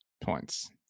points